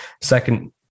Second